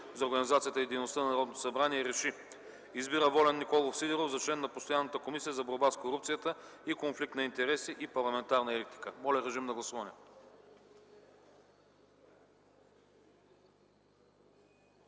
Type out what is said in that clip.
за организацията и дейността на Народното събрание РЕШИ: Избира Волен Николов Сидеров за член на постоянната Комисия за борба с корупцията и конфликт на интереси и парламентарна етика.” Гласували